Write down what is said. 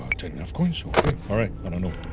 ten f coins, okay alright, i dunno.